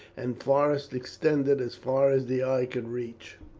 and forests extended as far as the eye could reach.